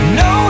no